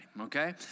okay